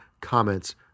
comments